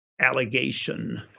allegation